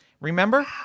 Remember